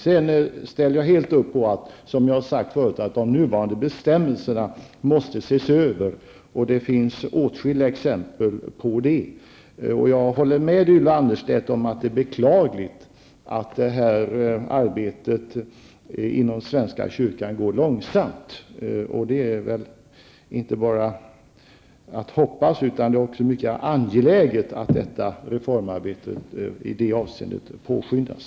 Jag håller helt med om att de nuvarande bestämmelserna måste ses över. Jag håller också med Ylva Annerstedt om att det är beklagligt att arbetet inom svenska kyrkan gått så långsamt. Det är inte bara att hoppas utan det är också mycket angeläget att reformarbetet påskyndas.